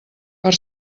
per